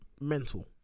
mental